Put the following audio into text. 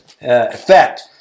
effect